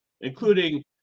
including